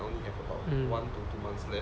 mm